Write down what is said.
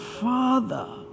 Father